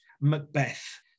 Macbeth